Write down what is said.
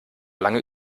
lange